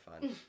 fun